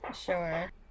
Sure